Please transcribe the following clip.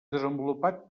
desenvolupat